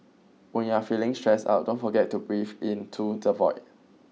when you are feeling stressed out don't forget to breathe into the void